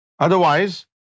Otherwise